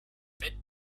bit